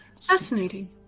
fascinating